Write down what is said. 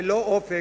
ללא אופק,